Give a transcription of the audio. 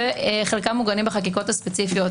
וחלקם מוגנים בחקיקות הספציפיות,